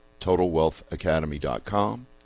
totalwealthacademy.com